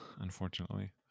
unfortunately